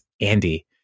Andy